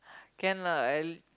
can lah at